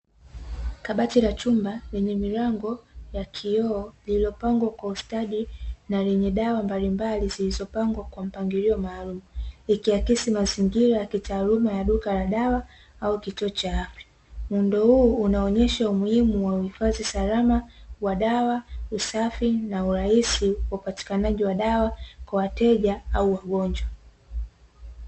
Kabati la chumba lenye milango ya kioo, lililopangwa kwa ustadi na lenye dawa mbalimbali zilizopangwa kwa mpangilio maalumu, ikiakisi mazingira ya kitaaluma ya duka la dawa au kituo cha afya. Muundo huu unaonyesha umuhimu wa uhifadhi salama wa dawa, usafi na urahisi wa upatikanaji wa dawa kwa wateja au wagonjwa.